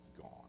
gone